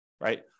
Right